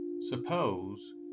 Suppose